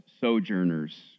sojourners